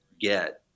get